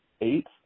eight